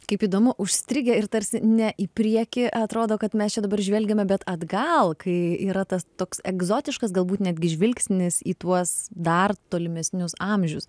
kaip įdomu užstrigę ir tarsi ne į priekį atrodo kad mes čia dabar žvelgiame bet atgal kai yra tas toks egzotiškas galbūt netgi žvilgsnis į tuos dar tolimesnius amžius